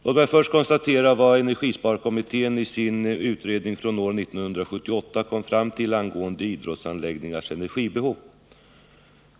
Låt mig först konstatera vad energisparkommittén i sin utredning från år 1978 kom fram till angående idrottsanläggningarnas energibehov.